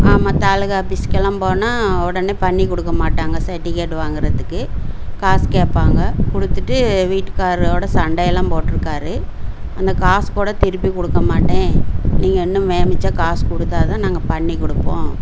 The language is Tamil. ஆமாம் தாலுக்கா ஆஃபீஸ்கெல்லாம் போனால் உடனே பண்ணி கொடுக்க மாட்டாங்க சர்டிஃவிக்கேட் வாங்கிறத்துக்கு காசு கேட்பாங்க கொடுத்துட்டு வீட்டுகாரரோடு சண்டை எல்லாம் போட்டிருக்காரு அந்த காசு கூட திருப்பி கொடுக்க மாட்டேன் நீங்கள் இன்னும் மே மிச்சம் காசு கொடுத்தா தான் நாங்கள் பண்ணி கொடுப்போம்